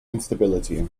instability